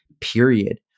period